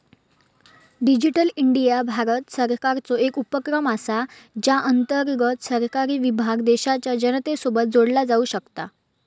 digital India Bharat सरकारचो एक उपक्रम असा ज्या अंतर्गत सरकारी विभाग देशाच्या जनतेसोबत जोडला जाऊ शकता